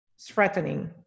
threatening